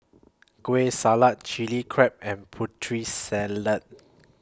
Kueh Salat Chili Crab and Putri Salad